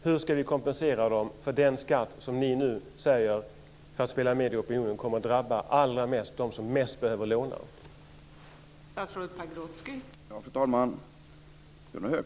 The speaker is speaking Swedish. Hur ska vi kompensera för den skatt, som ni nu talar om för att spela med opinionen, som allra mest kommer att drabba de som behöver låna mest?